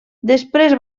després